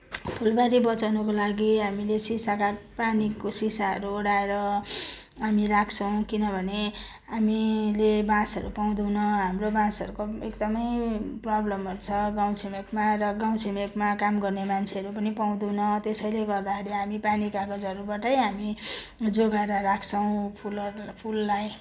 फुलबारी बचाउनुको लागि हामीले सिसा रा पानीको सिसाहरू ओढाएर हामी राख्छौँ किनभने हामीले बाँसहरू पाउँदैन हाम्रो बाँसहरूको एकदमै प्रब्लमहरू छ गाउँ छिमेकमा र गाउँ छिमेकमा काम गर्ने मान्छेहरू पनि पाउँदैनौँ त्यसैले गर्दाखेरि हामी पानी कागजहरूबाटै हामी जोगाएर राख्छौँ फुलहरूलाई फुललाई